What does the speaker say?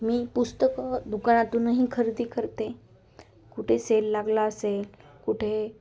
मी पुस्तकं दुकानातूनही खरेदी करते कुठे सेल लागला असेल कुठे